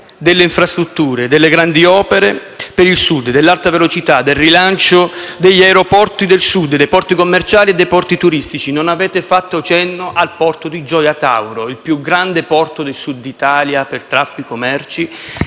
delle infrastrutture, delle grandi opere per il Sud, dell'alta velocità, del rilancio degli aeroporti del Sud, dei porti commerciali e dei porti turistici. Non avete fatto cenno al porto di Gioia Tauro, il più grande porto del Sud d'Italia per traffico merci